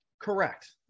Correct